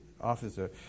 officer